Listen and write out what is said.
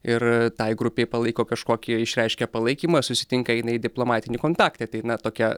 ir tai grupei palaiko kažkokį išreiškia palaikymą susitinka eina į diplomatinį kontaktą tai na tokia